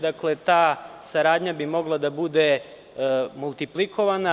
Dakle, ta saradnja bi mogla da bude multiplikovana.